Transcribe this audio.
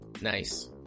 Nice